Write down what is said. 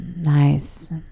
Nice